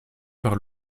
par